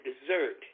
dessert